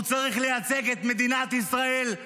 הוא צריך לייצג את מדינת ישראל,